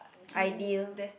ideal